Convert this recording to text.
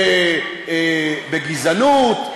בגזענות,